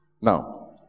Now